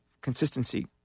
consistency